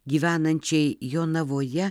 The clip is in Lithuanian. gyvenančiai jonavoje